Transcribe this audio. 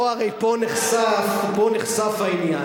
הרי פה נחשף העניין.